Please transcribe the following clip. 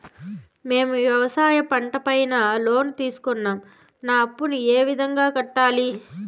మేము వ్యవసాయ పంట పైన లోను తీసుకున్నాం నా అప్పును ఏ విధంగా కట్టాలి